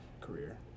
career